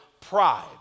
pride